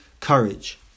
courage